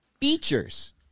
Features